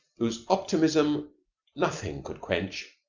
whose optimism nothing could quench,